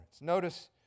Notice